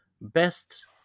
best